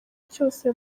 cyose